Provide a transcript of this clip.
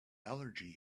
allergy